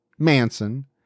Manson